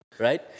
Right